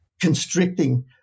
constricting